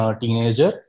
teenager